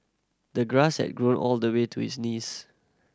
the grass had grown all the way to his knees